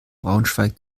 braunschweig